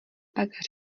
pak